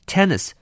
Tennis